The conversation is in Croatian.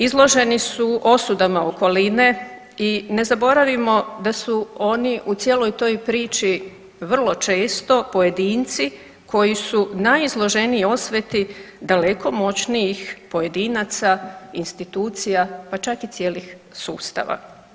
Izloženi su osudama okoline i ne zaboravimo da su oni u cijeloj toj priči vrlo često pojedinci koji su najizloženiji osveti daleko moćnijih pojedinaca i institucija, pa čak i cijelih sustava.